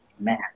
man